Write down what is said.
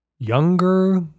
younger